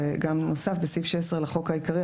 וזה גם נוסף: בסעיף 16 לחוק העיקרי,